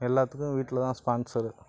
எல்லாத்துக்கும் வீட்டிலதான் ஸ்பான்ஸர்